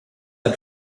are